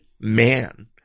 man